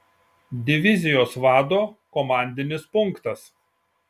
divizijos vado komandinis punktas